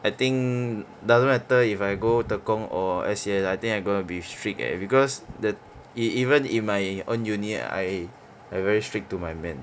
I think doesn't matter if I go tekong or S_C_S I think I gonna be strict eh because the e~ even in my own unit I I very strict to my man